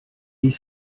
wie